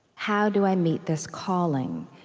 how do i meet this calling?